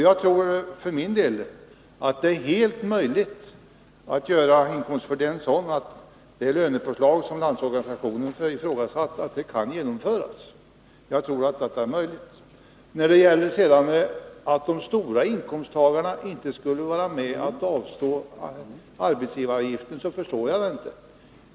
Jag tror vidare, för min del, att det är helt möjligt att göra inkomstfördelningen sådan att det lönepåslag som Landsorganisationen har ifrågasatt kan göras. Sedan förstår jag inte påståendet om att de största inkomsttagarna inte skulle vara med och avstå vad som motsvarar arbetsgivaravgiften.